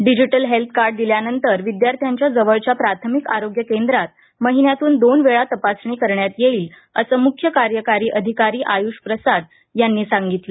digital health card दिल्यानंतर विद्यार्थ्यांच्या जवळच्या प्राथमिक आरोग्य केंद्रात महिन्यातून दोन वेळा तपासणी करण्यात येईल असं मुख्य कार्यकारी अधिकारी आयुष प्रसाद यांनी सांगितलं